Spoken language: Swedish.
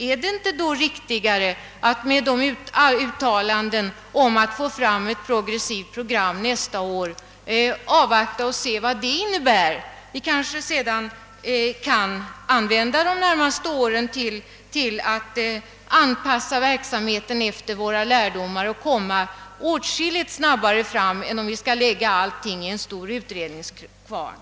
Är det inte riktigare att avvakta och se vad det uttalade önskemålet om att få fram ett progressivt program för nästa år innebär? Vi kan kanske sedan använda de närmaste åren till att anpassa verksamheten efter våra lärdomar och komma åtskilligt snabbare fram än om vi skall lägga allting i en stor utredningskvarn.